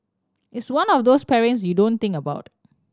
it's one of those pairings you don't think about